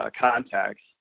contacts